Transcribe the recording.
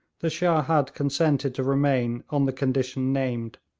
the shah had consented to remain on the condition named,